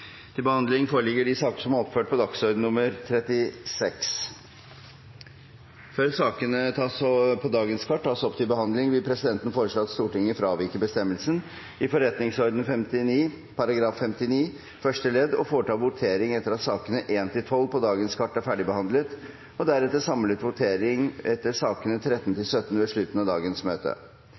Før sakene på dagens kart tas opp til behandling, vil presidenten foreslå at Stortinget fraviker bestemmelsen i forretningsordenens § 59 første ledd og foretar votering etter at sakene nr. 1–12 på dagens kart er ferdigbehandlet, og deretter samlet votering etter sakene nr. 13–17 ved slutten av dagens møte.